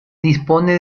dispone